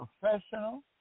professional